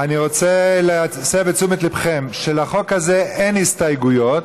אני רוצה להסב את תשומת ליבכם לכך שלחוק הזה אין הסתייגויות,